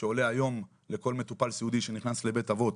שעולה היום לכל מטופל סיעודי שנכנס לבית אבות,